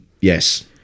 yes